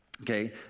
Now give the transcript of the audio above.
Okay